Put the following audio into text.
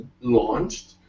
launched